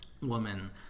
woman